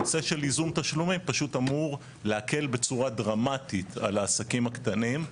הנושא של ייזום תשלומים פשוט אמור להקל בצורה דרמטית על העסקים הקטנים.